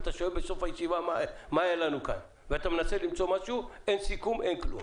ובסוף הישיבה אתה מנסה להבין מה היה לנו כאן אבל אין סיכום ואין כלום.